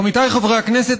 עמיתיי חברי הכנסת,